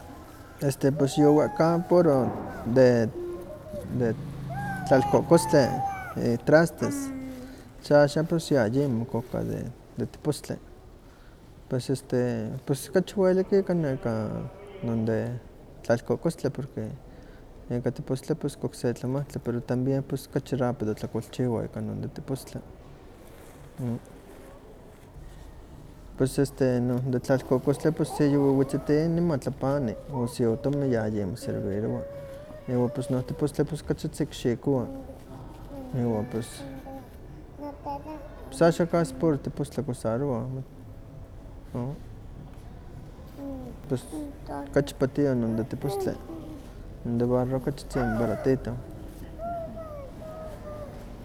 Este pues yowehka puro de de tlalkokoztli itrastes, ps axa kok ayemo konka de de tepostli, pus este kachi welik ika neka non de tllkokostli, porque neka tepostli pus ke okse tlamahtli pero también ke kachi rápido tlakualchiwa kan no de tepostli, pus este non de tlalkokostli si yuwi wetziti niman tlapani, o siotomi yayimoservirowa, wan no tepostli pos kachitzi kixikowa, iwa pus pus axa kasi puro tepostli kusarowah, pus kachi patioh non de tepostli, de barro kahitzin baratitoh.